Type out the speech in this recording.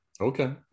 Okay